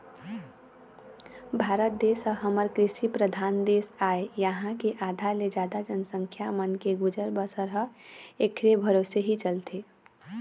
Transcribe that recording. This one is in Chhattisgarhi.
भारत देश ह हमर कृषि परधान देश आय इहाँ के आधा ले जादा जनसंख्या मन के गुजर बसर ह ऐखरे भरोसा ही चलथे